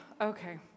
okay